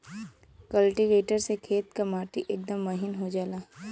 cultivator से खेत क माटी एकदम महीन हो जाला